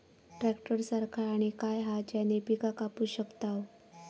Tractor सारखा आणि काय हा ज्याने पीका कापू शकताव?